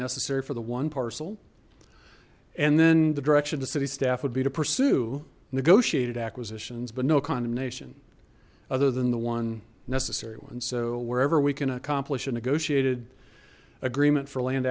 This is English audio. necessary for the one parcel and then the direction of the city staff would be to pursue negotiated acquisition but no condemnation other than the one necessary one so wherever we can accomplish a negotiated agreement for land